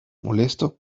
molesto